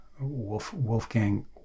wolfgang